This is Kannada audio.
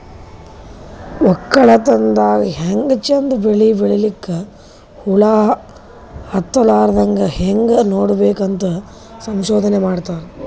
ವಕ್ಕಲತನ್ ದಾಗ್ ಹ್ಯಾಂಗ್ ಚಂದ್ ಬೆಳಿ ಬೆಳಿಬೇಕ್, ಹುಳ ಹತ್ತಲಾರದಂಗ್ ಹ್ಯಾಂಗ್ ನೋಡ್ಕೋಬೇಕ್ ಅಂತ್ ಸಂಶೋಧನೆ ಮಾಡ್ತಾರ್